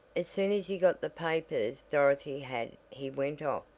as soon as he got the papers dorothy had he went off,